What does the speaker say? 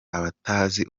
abatazi